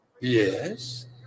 Yes